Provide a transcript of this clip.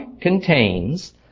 contains